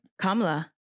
Kamala